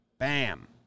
Bam